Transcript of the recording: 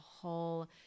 whole